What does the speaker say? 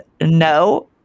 no